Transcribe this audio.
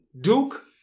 Duke